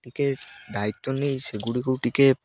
ଟିକିଏ ଦାୟିତ୍ଵ ନେଇ ସେଗୁଡ଼ିକୁ ଟିକିଏ